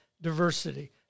diversity